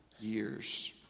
years